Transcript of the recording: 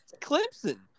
Clemson